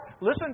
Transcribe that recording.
listen